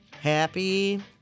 Happy